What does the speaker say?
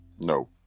No